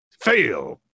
Fail